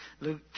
Luke